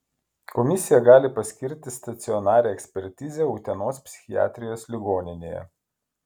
komisija gali paskirti stacionarią ekspertizę utenos psichiatrijos ligoninėje